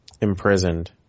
imprisoned